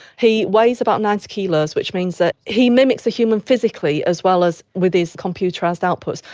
he weighs about ninety kilos, which means that he mimics a human physically as well as with his computerised outputs.